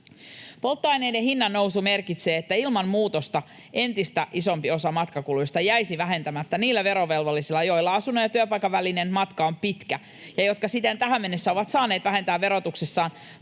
Polttoaineiden hinnannousu merkitsee, että ilman muutosta entistä isompi osa matkakuluista jäisi vähentämättä niillä verovelvollisilla, joilla asunnon ja työpaikan välinen matka on pitkä ja jotka siten tähän mennessä ovat saaneet vähentää verotuksessaan